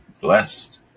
Blessed